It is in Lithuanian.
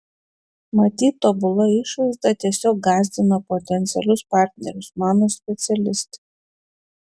matyt tobula išvaizda tiesiog gąsdina potencialius partnerius mano specialistai